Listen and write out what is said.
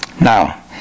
now